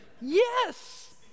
yes